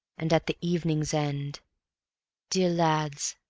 and at the evening's end dear lads,